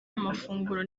amafunguro